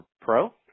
pro